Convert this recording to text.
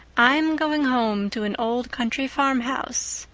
i'm going home to an old country farmhouse,